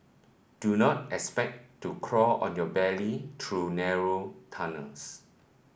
do not expect to crawl on your belly through narrow tunnels